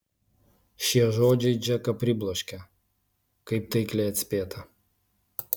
šie žodžiai džeką pribloškė kaip taikliai atspėta